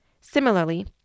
Similarly